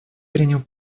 принял